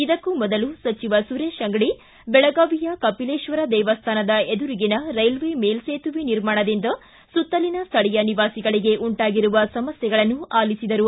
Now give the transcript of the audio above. ಇದಕ್ಕೂ ಮೊದಲು ಸಚಿವ ಸುರೇಶ ಅಂಗಡಿ ಬೆಳಗಾವಿಯ ಕಪಿಲೇಶ್ವರ ದೇವಸ್ಥಾನ ಎದುರಿಗಿನ ರೈಲ್ವೆ ಮೇಲ್ಲೇತುವೆ ನಿರ್ಮಾಣದಿಂದ ಸುತ್ತಲಿನ ಸ್ಟಳೀಯ ನಿವಾಸಿಗಳಿಗೆ ಉಂಟಾಗಿರುವ ಸಮಸ್ತೆಗಳನ್ನು ಆಲಿಸಿದರು